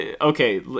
okay